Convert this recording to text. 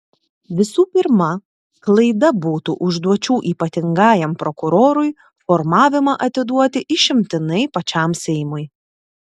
visų pirma klaida būtų užduočių ypatingajam prokurorui formavimą atiduoti išimtinai pačiam seimui